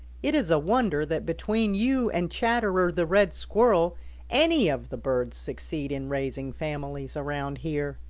it is a wonder that between you and chatterer the red squirrel any of the birds succeed in raising families around here.